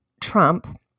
Trump